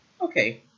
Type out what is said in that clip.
okay